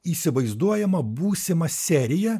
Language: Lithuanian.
įsivaizduojamą būsimą seriją